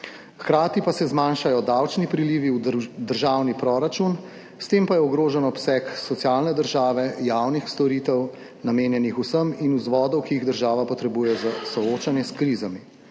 Hkrati pa se zmanjšajo davčni prilivi v državni proračun, s tem pa je ogrožen obseg socialne države, javnih storitev, namenjenih vsem in vzvodov, ki jih država potrebuje za soočanje s krizami.